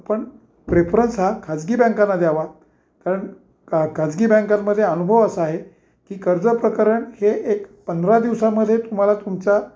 पण प्रेफरन्स हा खाजगी बँकांना द्यावा कारण खाजगी बँकांमध्ये अनुभव असा आहे की कर्ज प्रकरण हे एक पंधरा दिवसामध्येे तुम्हाला तुमचा